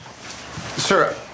Sir